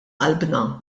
qalbna